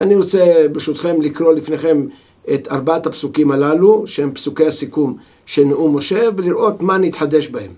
אני רוצה ברשותכם לקרוא לפניכם את ארבעת הפסוקים הללו, שהם פסוקי הסיכום של נאום משה, ולראות מה נתחדש בהם.